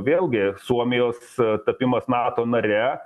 vėlgi suomijos tapimas nato nare